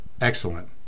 Excellent